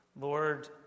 Lord